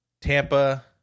Tampa